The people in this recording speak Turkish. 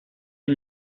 bin